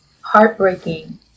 heartbreaking